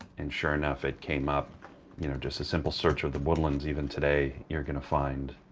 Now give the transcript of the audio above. and sure enough, it came up you know just a simple search with the woodlands. even today you're going to find